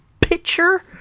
picture